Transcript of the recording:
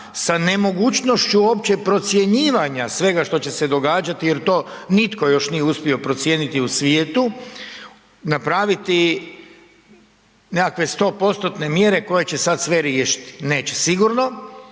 sa nemogućnošću uopće procjenjivanja svega što će se događati jer to nitko još nije uspio procijeniti u svijetu, napraviti nekakve 100%-ne mjere koje će sada sve riješiti. Neće sigurno,